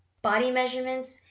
body measurements,